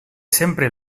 sempre